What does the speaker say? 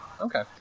Okay